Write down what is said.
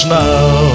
now